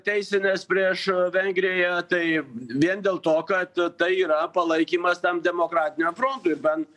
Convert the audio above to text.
teisines prieš vengriją tai vien dėl to kad tai yra palaikymas tam demokratiniam frontui bent